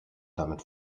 damit